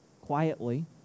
Quietly